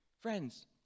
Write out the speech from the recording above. Friends